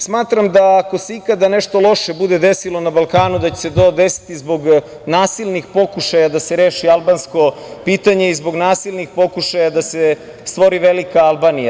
Smatram da ako se ikada nešto loše bude desilo na Balkanu, da će se to desiti zbog nasilnih pokušaja da se reši albansko pitanje i zbog nasilnih pokušaja da se stvori velika Albanija.